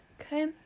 Okay